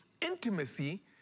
Intimacy